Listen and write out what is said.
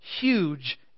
huge